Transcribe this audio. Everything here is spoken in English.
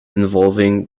involving